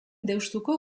deustuko